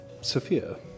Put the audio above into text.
Sophia